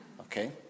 Okay